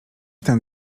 ten